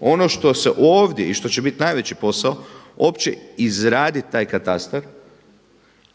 Ono što se ovdje i što će biti najveći posao uopće izradit taj katastar